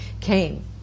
came